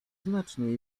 znacznie